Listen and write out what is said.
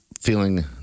feeling